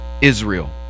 Israel